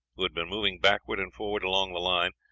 who had been moving backwards and forwards along the line,